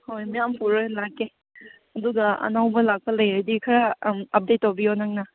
ꯍꯣꯏ ꯌꯥꯝ ꯄꯨꯔ ꯂꯥꯛꯀꯦ ꯑꯗꯨꯒ ꯑꯅꯧꯕ ꯂꯥꯛꯄ ꯂꯩꯔꯗꯤ ꯈꯔ ꯑꯞꯗꯦꯗ ꯇꯧꯕꯤꯌꯣ ꯅꯪꯅ